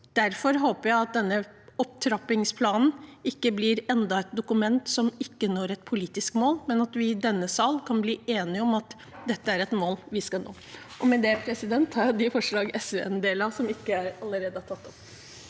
Derfor håper jeg at denne opptrappingsplanen ikke blir enda et dokument som ikke når et politisk mål, men at vi i denne salen kan bli enige om at dette er et mål vi skal nå. Med det tar jeg opp de forslagene SV har sammen med andre og